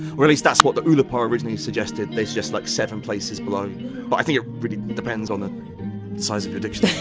or at least that's what the oulipo originally suggested, they suggested like seven places below, but i think it really depends on the size of your dictionary.